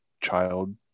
child